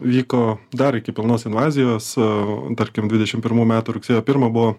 vyko dar iki pilnos invazijos tarkim dvidešim pirmų metų rugsėjo pirmą buvo